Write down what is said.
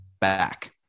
back